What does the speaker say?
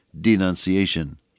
denunciation